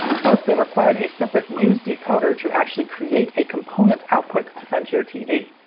plus, they required a separate muse decoder to actually create a component output to send to your tv.